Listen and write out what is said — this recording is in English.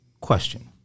Question